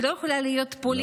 היא לא יכולה להיות פוליטית.